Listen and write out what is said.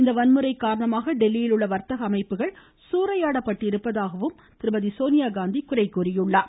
இந்த வன்முறை காரணமாக டெல்லியில் உள்ள வர்தக அமைப்புகள் சூறையாடப்பட்டிருப்பதாகவும் அவர் குறை கூறினார்